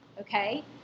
okay